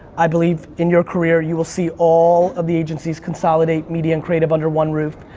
i believe in your career you will see all of the agencies consolidate media and creative under one roof.